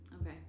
Okay